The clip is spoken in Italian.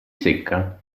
secca